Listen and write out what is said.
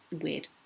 weird